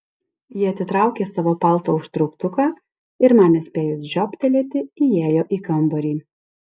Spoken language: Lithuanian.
ji atitraukė savo palto užtrauktuką ir man nespėjus žiobtelėti įėjo į kambarį